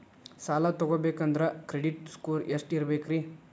ಸಾಲ ತಗೋಬೇಕಂದ್ರ credit score ಎಷ್ಟ ಇರಬೇಕ್ರಿ?